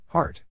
Heart